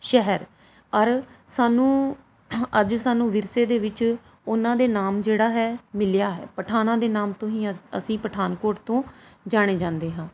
ਸ਼ਹਿਰ ਔਰ ਸਾਨੂੰ ਅੱਜ ਸਾਨੂੰ ਵਿਰਸੇ ਦੇ ਵਿੱਚ ਉਹਨਾਂ ਦੇ ਨਾਮ ਜਿਹੜਾ ਹੈ ਮਿਲਿਆ ਹੈ ਪਠਾਣਾਂ ਦੇ ਨਾਮ ਤੋਂ ਹੀ ਅੱਜ ਅਸੀਂ ਪਠਾਨਕੋਟ ਤੋਂ ਜਾਣੇ ਜਾਂਦੇ ਹਾਂ